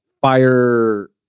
Fire